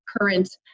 current